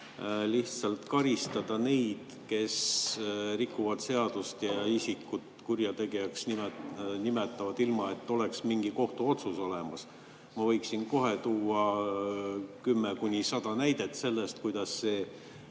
lihtsalt karistada neid, kes rikuvad seadust ja isikut kurjategijaks nimetavad, ilma et oleks mingi kohtuotsus olemas. Ma võiksin kohe tuua 10–100 näidet sellest, kuidas see